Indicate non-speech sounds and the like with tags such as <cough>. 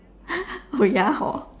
<laughs> oh ya hor